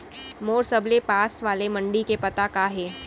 मोर सबले पास वाले मण्डी के पता का हे?